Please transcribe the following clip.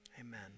Amen